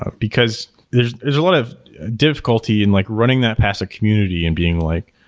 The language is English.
ah because there's there's a lot of difficulty in like running that pass a community and being like,